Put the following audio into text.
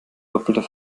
doppelter